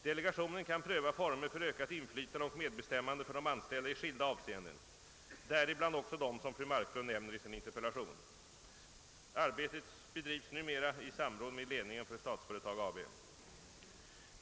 Delegationen kan pröva former för ökat inflytande och medbestämmande för de anställda i skilda avseenden däribland även de som fru Marklund nämner i sin interpellation. Arbetet bedrivs numera i samråd med ledningen för Statsföretag AB.